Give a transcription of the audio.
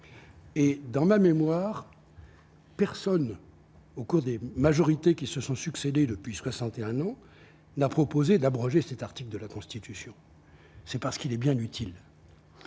et dans ma mémoire, personne au code et majorité qui se sont succédés depuis 61 ans n'a proposé d'abroger cet article de la Constitution, c'est parce qu'il est bien utile.